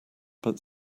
but